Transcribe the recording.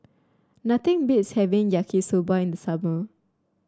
nothing beats having Yaki Soba in the summer